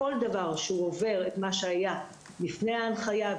כל דבר שעובר את מה שהיה לפני ההנחיה,